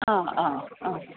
ആ ആ ആ